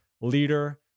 leader